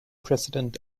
president